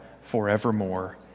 forevermore